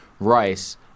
rice